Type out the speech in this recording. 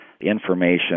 information